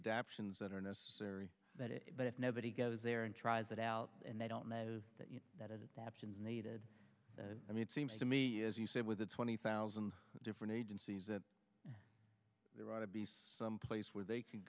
adaptions that are necessary but if nobody goes there and tries it out and they don't know that adoption is needed i mean it seems to me as you said with the twenty thousand different agencies that there ought to be some place where they can